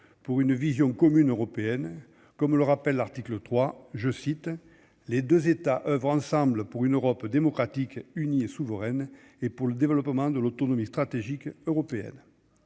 pour une vision commune européenne, comme le rappelle l'article 3 je cite les 2 États oeuvrent ensemble pour une Europe démocratique unie et souveraine et pour le développement de l'autonomie stratégique européenne à